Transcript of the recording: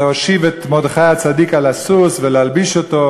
להושיב את מרדכי הצדיק על הסוס ולהלביש אותו.